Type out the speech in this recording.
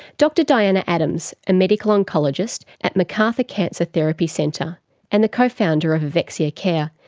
dr diana adams, a medical oncologist at macarthur cancer therapy centre and the co-founder of evexia care,